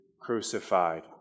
crucified